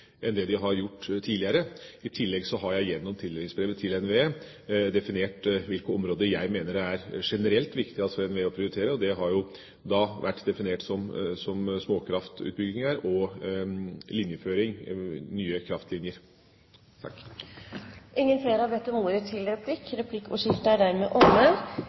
enn det de har gjort tidligere. I tillegg har jeg gjennom tildelingsbrevet til NVE definert hvilke områder jeg mener det generelt er viktig for NVE å prioritere, og det har vært definert som småkraftutbygginger og linjeføring – nye kraftlinjer.